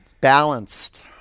Balanced